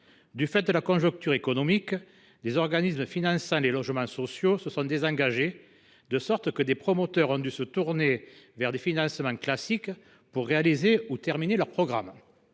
Du fait de la conjoncture économique, un certain nombre d’organismes finançant les logements sociaux se sont désengagés, de sorte que des promoteurs ont dû se tourner vers des financements classiques pour réaliser ou terminer leurs programmes.